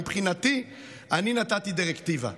מבחינתי, אני נתתי דירקטיבה.